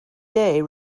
day